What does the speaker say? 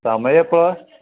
സമയം എപ്പോൾ